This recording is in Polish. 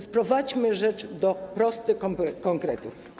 Sprowadźmy rzecz do prostych konkretów.